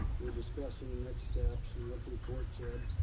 we were discussing next steps and what the report said.